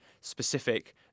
specific